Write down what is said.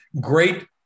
great